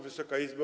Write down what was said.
Wysoka Izbo!